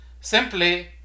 simply